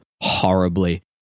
horribly